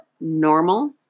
normal